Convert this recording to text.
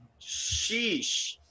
Sheesh